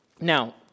Now